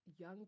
young